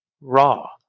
Raw